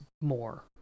more